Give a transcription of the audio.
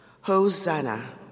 Hosanna